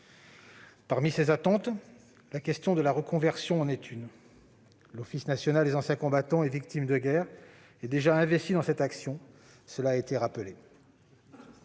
Parmi ces attentes, il y a la question de la reconversion. L'Office national des anciens combattants et victimes de guerre est déjà investi dans cette action, cela a été rappelé.